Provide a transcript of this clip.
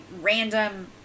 random